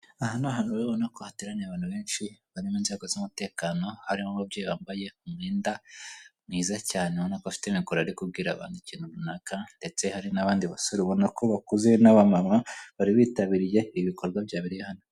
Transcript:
Aha ni ahantu rero ubona ko hateraniye abantu benshi barimo inzego z'umutekano, harimo umubyeyi wambaye umwenda mwiza cyane ubona ko afite mikoro ari kubwira abantu ikintu runaka, ndetse hari n'abandi basore ubona ko bakuze n'abamama bari bitabiriye ibikorwa byabereye hano.